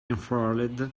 unfurled